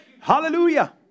Hallelujah